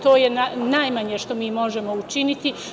To je najmanje što mi možemo učiniti.